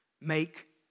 Make